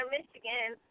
Michigan